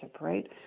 right